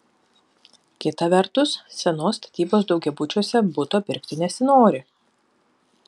kita vertus senos statybos daugiabučiuose buto pirkti nesinori